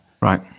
Right